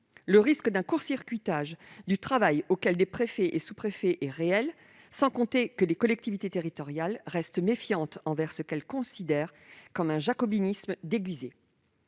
Le risque d'un court-circuitage du travail actuel des préfets et sous-préfets est réel, sans compter que les collectivités territoriales restent méfiantes envers ce qu'elles considèrent comme un jacobinisme déguisé.